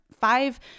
five